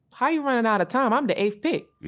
how you running out of time? i'm the eight pick.